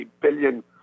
billion